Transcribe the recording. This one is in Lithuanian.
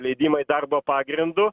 leidimai darbo pagrindu